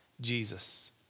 Jesus